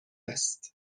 است